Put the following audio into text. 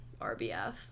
RBF